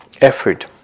effort